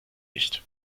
nicht